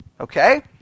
Okay